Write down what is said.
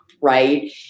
right